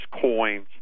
coins